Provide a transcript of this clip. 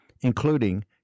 including